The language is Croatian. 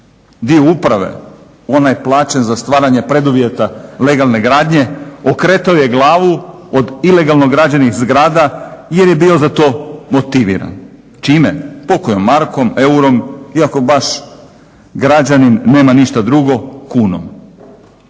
Dio uprave onaj plaćen za stvaranje preduvjeta legalne gradnje okretao je glavu od ilegalno građenih zgrada jer je bio za to motiviran. Čime? Pokojom markom, eurom i ako baš građanin nema ništa drugo kunom.